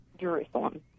Jerusalem